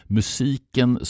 musiken